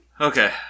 Okay